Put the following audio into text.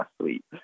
sweet